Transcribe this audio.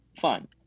fun